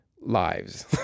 lives